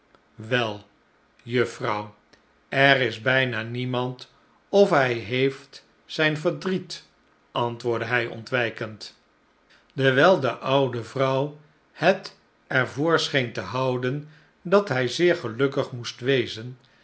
wel juffrouw er is bijna niemand of hij heeft zijn verdriet antwoordde hij ontwijkend dewijl de oude vrouw het er voor scheen te houden dat hij zeer gelukkig moest wezen